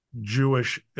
Jewish